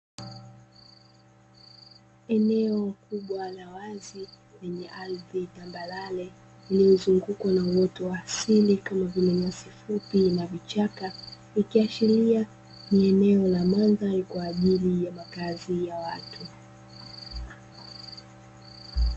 Eneo kubwa la wazi lenye ardhi tambarare iyozungukwa na uoto wa asili kama vile; nyasi fupi na vichaka, ikiashiria kuwa eneo la mandhari kwa ajili ya makazi ya watu.